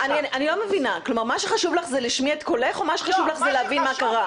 מה שחשוב לך זה להשמיע את קולך או מה שחשוב לך זה להבין מה קרה?